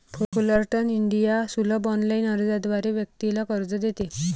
Fullerton India सुलभ online अर्जाद्वारे व्यक्तीला कर्ज देते